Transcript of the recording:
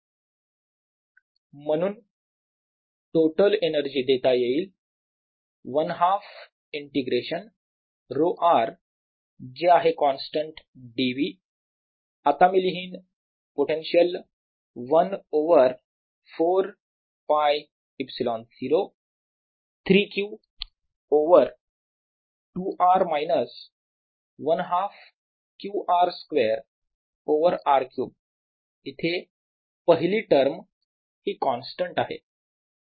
Vr14π03Q2R 12Qr2R314π0QR for rR म्हणून total energy देता येईल 1 हाफ इंटिग्रेशन ρ r जे आहे कॉन्स्टंट d v आता मी लिहीन potential 1 over 4 π ε0 3 Q over 2 R minus 1 half Q r square over R cube इथे पहिली टर्म ही कॉन्स्टंट आहे